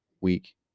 week